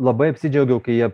labai apsidžiaugiau kai jie